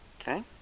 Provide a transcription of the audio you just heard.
Okay